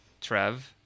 Trev